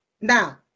Now